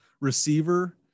receiver